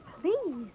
please